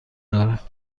دارد